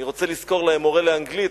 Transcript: אני רוצה לשכור להם מורה לאנגלית,